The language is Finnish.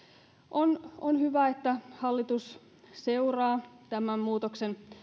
on on hyvä että hallitus seuraa tarkasti tämän muutoksen